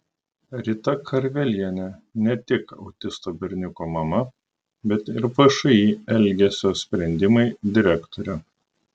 rita karvelienė ne tik autisto berniuko mama bet ir všį elgesio sprendimai direktorė